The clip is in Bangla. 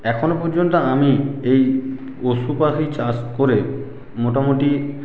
এখনো পর্যন্ত আমি এই পশু পাখি চাষ করে মোটামোটি